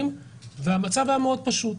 המצב היה מאוד פשוט: